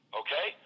okay